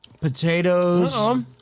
potatoes